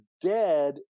dead